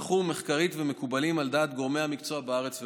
הוכחו מחקרית ומקובלים על דעת גורמי המקצוע בארץ ובעולם.